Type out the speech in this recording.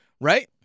Right